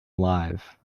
live